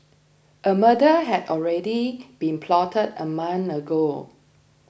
a murder had already been plotted a month ago